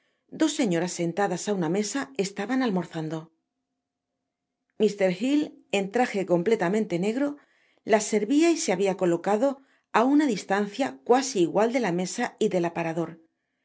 dos señoras sentadas á una mesa estaban almorzando mr giifi en traje completamente negro las servia y se habia colocado á una distancia cuasi igual de la mesa y del aparador